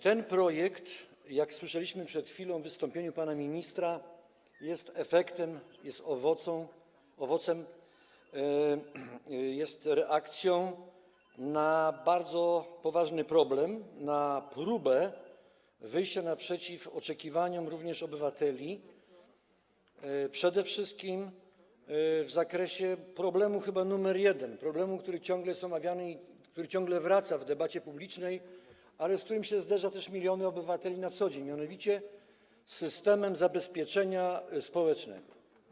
Ten projekt, jak słyszeliśmy przed chwilą w wystąpieniu pana ministra, jest efektem, jest owocem, jest reakcją na bardzo poważny problem, próbą wyjścia naprzeciw oczekiwaniom również obywateli przede wszystkim w zakresie problemu chyba nr 1, problemu, który ciągle jest omawiany i który ciągle wraca w debacie publicznej, ale z którym zderzają się też miliony obywateli na co dzień, mianowicie chodzi o system zabezpieczenia społecznego.